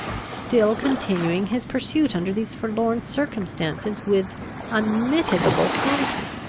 still continuing his pursuit under these forlorn circumstances with unmitigable cruelty.